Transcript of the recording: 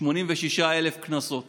86,000 קנסות